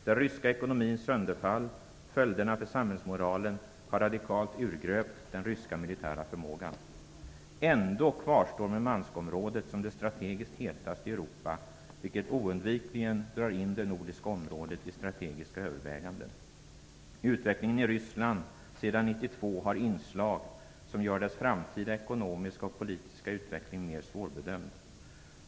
Den ryska ekonomins sönderfall och följderna för samhällsmoralen har radikalt urgröpt den ryska militära förmågan. Ändå kvarstår Murmanskområdet som det strategiskt hetaste i Europa, vilket oundvikligen drar in det nordiska området i strategiska överväganden. Utvecklingen i Ryssland sedan 1992 har inslag som gör dess framtida ekonomiska och politiska utveckling mer svårbedömd.